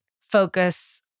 focus